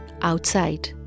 outside